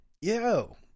Yo